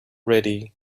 ready